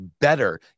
better